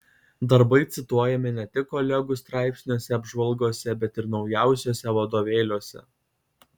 darbai cituojami ne tik kolegų straipsniuose apžvalgose bet ir naujausiuose vadovėliuose